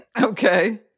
Okay